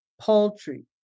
poultry